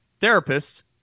therapists